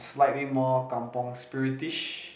is likely more kampung spirit ish